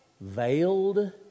Veiled